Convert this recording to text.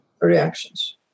reactions